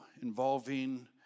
involving